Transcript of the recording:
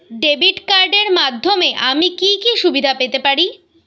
Debit কার্ডের মাধ্যমে আমি কি কি সুবিধা পেতে পারি?